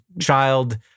child